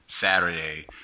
Saturday